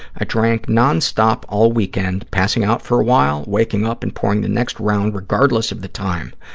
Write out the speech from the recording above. i drank non-stop all weekend, passing out for a while, waking up and pouring the next round, regardless of the time.